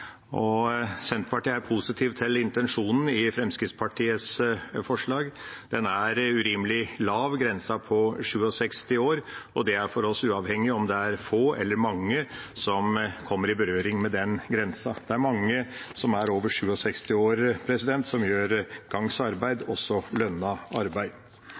til intensjonen i Fremskrittspartiets forslag. Grensen på 67 år er urimelig lav, og det er for oss uavhengig av om det er få eller mange som kommer i berøring med den grensa. Det er mange over 67 år som gjør gangs arbeid, også lønnet arbeid.